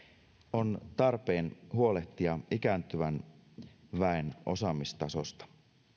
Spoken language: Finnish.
on tarpeen huolehtia ikääntyvän väen osaamistasosta